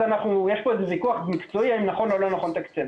יש איזה ויכוח מקצועי אם נכון או לא נכון לתקצב.